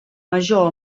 major